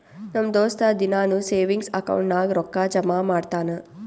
ನಮ್ ದೋಸ್ತ ದಿನಾನೂ ಸೇವಿಂಗ್ಸ್ ಅಕೌಂಟ್ ನಾಗ್ ರೊಕ್ಕಾ ಜಮಾ ಮಾಡ್ತಾನ